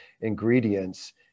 ingredients